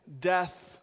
death